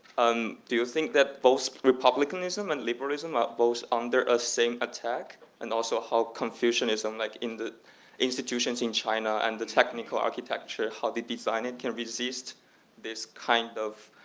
um do you think that both republicanism and liberalism are both under the ah same attack and also how confucianism like in the institutions in china and the technical architecture, how the design it can resist this kind of